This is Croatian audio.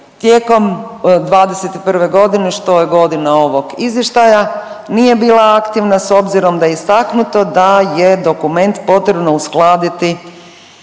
tijekom '21.g. što je godina ovog izvještaja nije bila aktivna s obzirom da je istaknuto da je dokument potrebno uskladiti